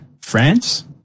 France